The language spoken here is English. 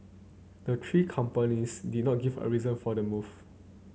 the three companies did not give a reason for the move